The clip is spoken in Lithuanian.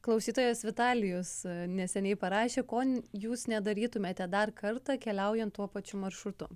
klausytojas vitalijus neseniai parašė ko jūs nedarytumėte dar kartą keliaujant tuo pačiu maršrutu